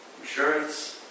insurance